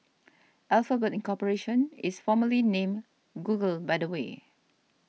Alphabet Incorporation is formerly named Google by the way